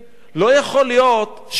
לא יכול להיות שעיר